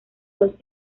los